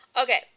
Okay